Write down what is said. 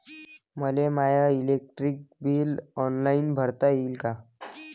मले my electric bill online भरता येईन का?